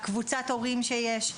קבוצת ההורים שיש.